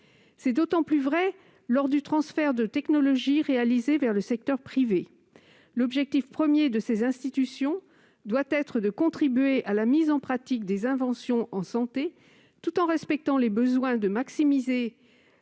C'est d'autant plus vrai lors du transfert de technologies réalisé vers le secteur privé. L'objectif premier de ces institutions doit être de contribuer à la mise en pratique des inventions en santé, tout en respectant le besoin de maximiser